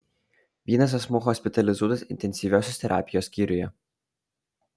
vienas asmuo hospitalizuotas intensyviosios terapijos skyriuje